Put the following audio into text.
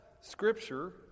Scripture